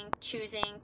choosing